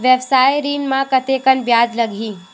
व्यवसाय ऋण म कतेकन ब्याज लगही?